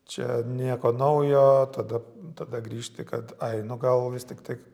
čia nieko naujo tada tada grįžti kad ai nu gal vis tik taik